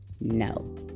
no